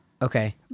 Okay